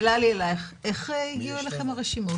אליך, איך הגיעו אליכם הרשימות?